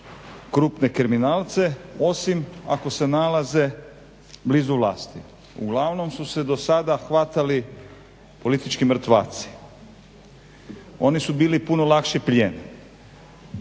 krupne kriminalce, osim ako se nalaze blizu vlasti. Uglavnom su se dosada hvatali politički mrtvaci. Oni su bili puno lakši plijen.